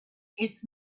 its